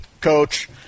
Coach